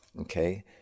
okay